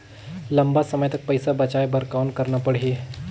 लंबा समय तक पइसा बचाये बर कौन करना पड़ही?